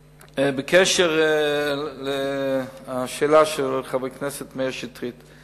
בקשר לשאלה של חבר הכנסת מאיר שטרית,